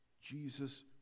Jesus